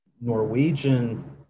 Norwegian